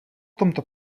tomto